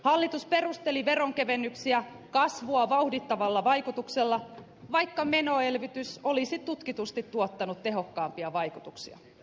hallitus perusteli veronkevennyksiä kasvua vauhdittavalla vaikutuksella vaikka menoelvytys olisi tutkitusti tuottanut tehokkaampia vaikutuksia